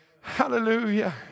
Hallelujah